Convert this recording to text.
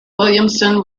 williamson